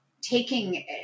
taking